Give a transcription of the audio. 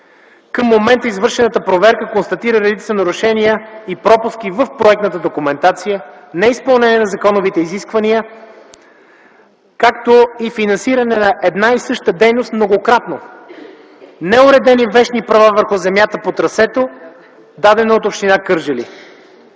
Към момента извършената проверка констатира редица нарушения и редица пропуски в проектната документация, неизпълнение на законовите изисквания, както и финансиране на една и съща дейност многократно, неуредени вещни права върху земята по трасето, дадено от община Кърджали.